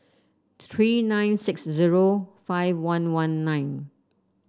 three nine six zero five one one nine